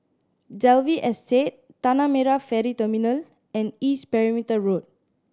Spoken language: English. Dalvey Estate Tanah Merah Ferry Terminal and East Perimeter Road